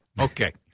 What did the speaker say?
Okay